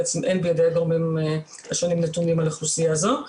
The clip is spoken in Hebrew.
אין בידי הגורמים השונים נתונים על האוכלוסייה הזו,